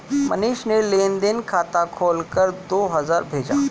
मनीषा ने लेन देन खाता खोलकर दो हजार भेजा